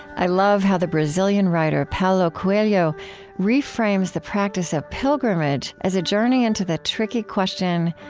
i love how the brazilian writer paulo coelho reframes the practice of pilgrimage as a journey into the tricky question,